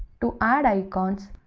to add icons,